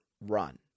run